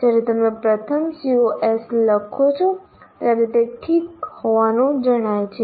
જ્યારે તમે પ્રથમ COs લખો છો ત્યારે તે ઠીક હોવાનું જણાય છે